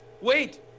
Wait